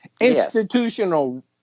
institutional